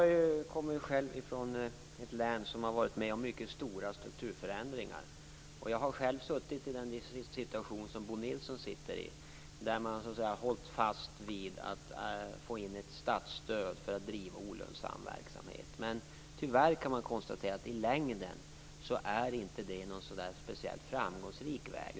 Fru talman! Jag kommer själv från ett län som har varit med om mycket stora strukturförändringar. Jag har själv befunnit mig i den situation som Bo Nilsson befinner sig i, där man så att säga har hållit fast vid att man skall få in ett statsstöd för att driva olönsam verksamhet. Men tyvärr kan man konstatera att det i längden inte är någon speciellt framgångsrik väg.